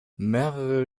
mehrere